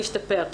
נשתפר.